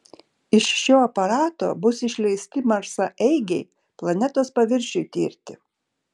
iš šio aparato bus išleisti marsaeigiai planetos paviršiui tirti